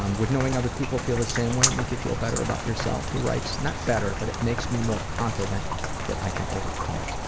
um would knowing other people feel the same way make you feel better about yourself? he writes, not better, but it makes me more confident that i can overcome it.